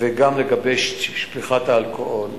וגם לגבי שפיכת האלכוהול.